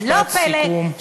משפט סיכום.